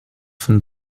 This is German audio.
von